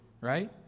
right